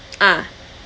ah